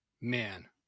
man